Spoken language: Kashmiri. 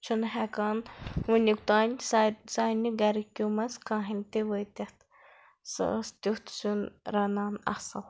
چھُنہٕ ہٮ۪کان وٕنیُک تام سا سانہِ گَرِکیو منٛز کہانۍ تہِ وٲتِتھ سۄ ٲس تیُتھ سیُن رَنان اَصٕل